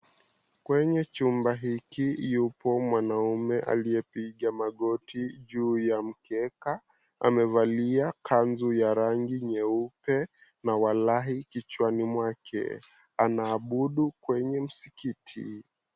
Kwenye chumba hiki yupo mwanaume alipiga magoti juu ya mkeka. Amevalia kanzu ya rangi nyeupe na walahi kichwani mwake, anaabudu kwenye msikiti.